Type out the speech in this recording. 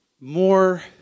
more